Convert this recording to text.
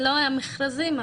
לא המכרזים,